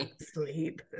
sleep